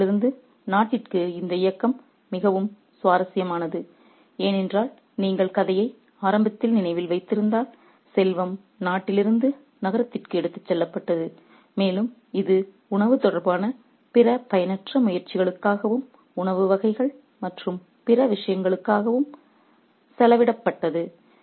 நகரத்திலிருந்து நாட்டிற்கு இந்த இயக்கம் மிகவும் சுவாரஸ்யமானது ஏனென்றால் நீங்கள் கதையை ஆரம்பத்தில் நினைவில் வைத்திருந்தால் செல்வம் நாட்டிலிருந்து நகரத்திற்கு எடுத்துச் செல்லப்பட்டது மேலும் இது உணவு தொடர்பான பிற பயனற்ற முயற்சிகளுக்காகவும் உணவு வகைகள் மற்றும் பிற விஷயங்களுக்காகவும் செலவிடப்பட்டது